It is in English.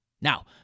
Now